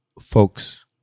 folks